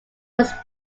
was